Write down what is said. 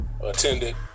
attended